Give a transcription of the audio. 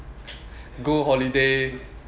go holiday